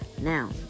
Now